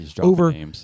over